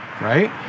Right